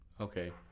Okay